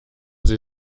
sie